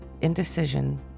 indecision